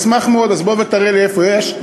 אשמח מאוד, אז בוא ותראה לי איפה יש.